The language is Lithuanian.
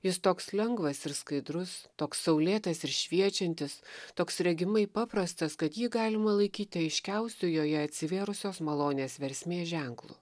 jis toks lengvas ir skaidrus toks saulėtas ir šviečiantis toks regimai paprastas kad jį galima laikyti aiškiausiu joje atsivėrusios malonės versmės ženklu